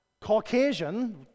Caucasian